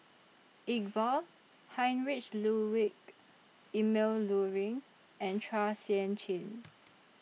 Iqbal Heinrich Ludwig Emil Luering and Chua Sian Chin